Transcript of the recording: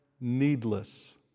needless